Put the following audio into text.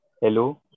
Hello